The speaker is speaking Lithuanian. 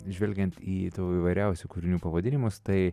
žvelgiant į tavo įvairiausių kūrinių pavadinimus tai